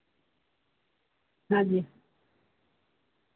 ہاں جی